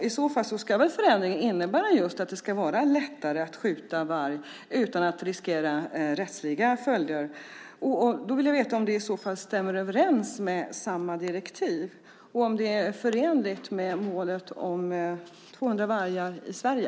I så fall ska väl förändringen innebära just att det ska vara lättare att skjuta varg utan att riskera rättsliga följder. Då vill jag veta om det i så fall stämmer överens med samma direktiv och om det är förenligt med målet om 200 vargar i Sverige.